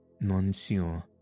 Monsieur